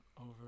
over